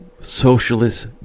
socialist